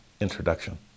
introduction